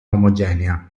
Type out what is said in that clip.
omogenea